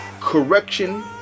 correction